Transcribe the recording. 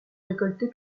récolter